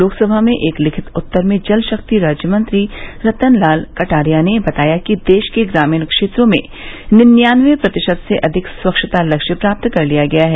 लोकसभा में एक लिखित उत्तर में जलशक्ति राज्यमंत्री रतन लाल कटारिया ने बताया कि देश के ग्रामीण क्षेत्रों में निन्यानवे प्रतिशतसे अधिक स्वच्छता लक्ष्य प्राप्त कर लिया गया है